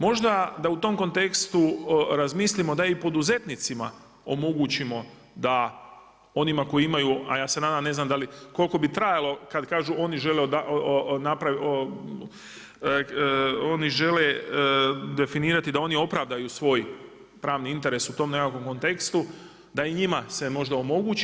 Možda da u tom kontekstu da razmislimo da i poduzetnicima omogućimo da onima koji imaju, a ja se nadam, ne znam da li, koliko bi trajalo kad kažu oni žele napraviti, oni žele definirati da oni opravdaju svoj pravni interes u tom nekakvom kontekstu da i njima se možda omogući.